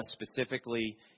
specifically